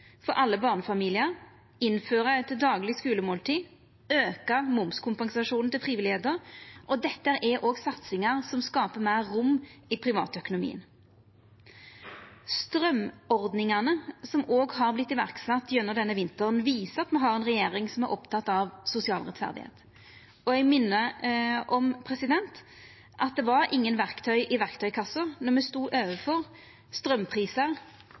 for alle barnefamiliar, innføra eit dagleg skulemåltid og auka momskompensasjonen til dei frivillige. Dette er satsingar som skapar meir rom i privatøkonomien. Straumordningane som har vorte sette i verk gjennom denne vinteren, viser òg at me har ei regjering som er oppteken av sosial rettferd. Eg minner om at det var ingen verktøy i verktøykassa då me stod overfor